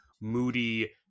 moody